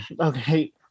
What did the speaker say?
Okay